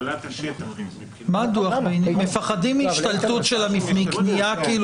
מפחדים מהשתלטות, מקנייה.